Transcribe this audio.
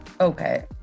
Okay